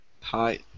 Hi